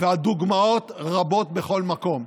והדוגמאות רבות בכל מקום.